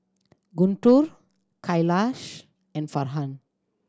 Guntur Khalish and Farhan